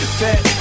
fat